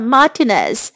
Martinez